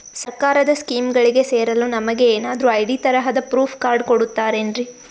ಸರ್ಕಾರದ ಸ್ಕೀಮ್ಗಳಿಗೆ ಸೇರಲು ನಮಗೆ ಏನಾದ್ರು ಐ.ಡಿ ತರಹದ ಪ್ರೂಫ್ ಕಾರ್ಡ್ ಕೊಡುತ್ತಾರೆನ್ರಿ?